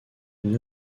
une